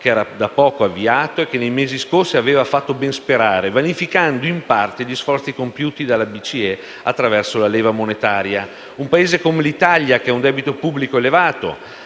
crescita appena avviato e che nei mesi scorsi aveva fatto ben sperare, vanificando in parte anche gli sforzi compiuti dalla BCE attraverso la leva monetaria. Un Paese come l'Italia che ha un debito pubblico elevato